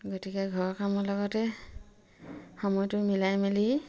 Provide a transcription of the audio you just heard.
গতিকে ঘৰ কামৰ লগতে সময়টো মিলাই মেলি